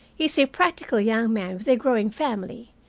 he is a practical young man with a growing family,